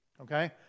okay